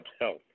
health